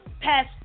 past